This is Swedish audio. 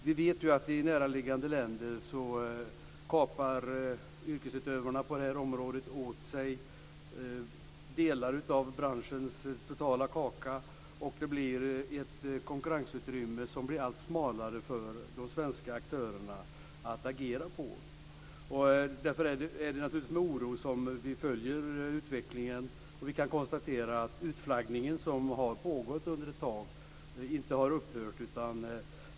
Vi vet att yrkesutövarna i näraliggande länder på det här området kapar åt sig delar av branschens totala kaka, och konkurrensutrymmet blir allt smalare för de svenska aktörerna att agera på. Därför är det naturligtvis med oro vi följer utvecklingen. Vi kan också konstatera att utflaggningen, som har pågått ett tag, inte har upphört.